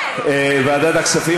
ועדת הכספים.